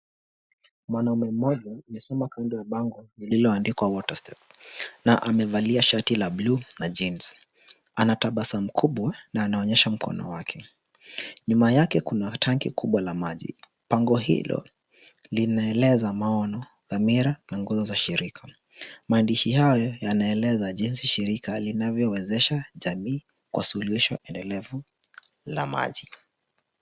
Mwanaume mmoja amesimama kando ya bango lililoandikwa Water Stem. Na mevalia shati la bluu na jinsi . Anatabasamu kubwa na anaonyesha mkono wake. Nyuma yake kuna tanki kubwa la maji. Bango hilo, linaeleza, maono, dhamira, na nguzo za shirika. Maandishi haya yanaonyesha jinsi shirika linawezesha jamii kwa suluhisho endelevu la wamaji.